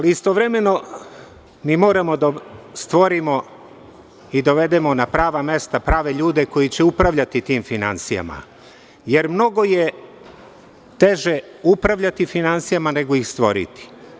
Istovremeno, mi moramo da stvorimo i dovedemo na prava mesta prave ljude koji će upravljati tim finansijama, jer mnogo je teže upravljati finansijama nego ih stvoriti.